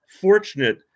fortunate